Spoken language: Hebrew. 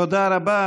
תודה רבה.